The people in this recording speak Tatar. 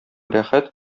рәхәт